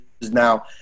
now